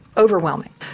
overwhelming